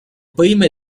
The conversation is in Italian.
prime